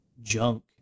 junk